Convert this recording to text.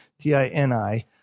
t-i-n-i